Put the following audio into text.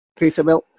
Peterbilt